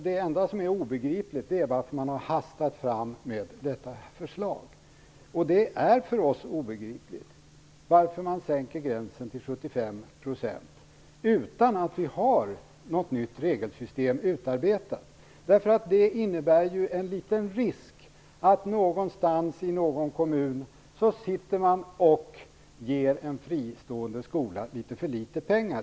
Det enda som är obegripligt är att man har hastat fram med detta förslag. Det är för oss obegripligt att man sänker gränsen till 75 % utan att vi har något nytt regelsystem utarbetat. Det innebär en liten risk för att man någonstans i någon kommun ger en fristående skola litet för litet pengar.